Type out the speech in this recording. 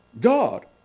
God